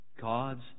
God's